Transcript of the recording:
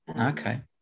okay